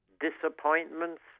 disappointments